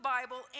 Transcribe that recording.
Bible